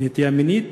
לנטייה המינית.